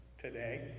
today